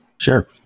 Sure